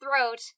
throat